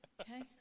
okay